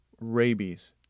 rabies